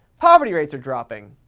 poverty rates are dropping.